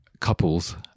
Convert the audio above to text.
couples